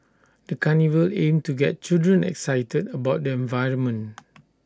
the carnival aimed to get children excited about the environment